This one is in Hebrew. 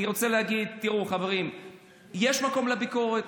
אני רוצה להגיד: יש מקום לביקורת,